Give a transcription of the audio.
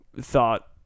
thought